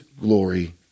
glory